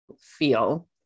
feel